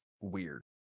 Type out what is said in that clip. weird